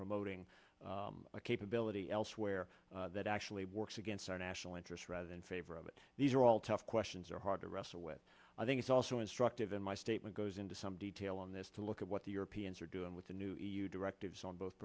promoting a capability elsewhere that actually works against our national interests rather than favor of it these are all tough questions are hard to wrestle with i think it's also instructive in my statement goes into some detail on this to look at what the europeans are doing with the new e u directives on both